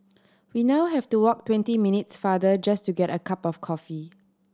we now have to walk twenty minutes farther just to get a cup of coffee